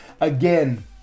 Again